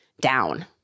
down